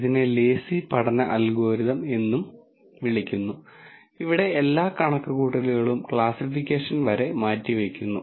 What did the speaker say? ഇതിനെ ലേസി പഠന അൽഗോരിതം എന്നും വിളിക്കുന്നു ഇവിടെ എല്ലാ കണക്കുകൂട്ടലുകളും ക്ലാസ്സിഫിക്കേഷൻ വരെ മാറ്റിവയ്ക്കുന്നു